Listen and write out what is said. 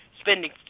spending